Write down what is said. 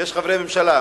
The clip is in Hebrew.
יש חברי ממשלה,